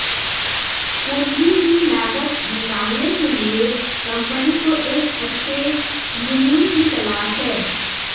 पूंजी की लागत निकालने के लिए कंपनी को एक अच्छे मुनीम की तलाश है